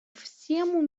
всему